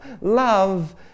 Love